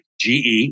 GE